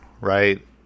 right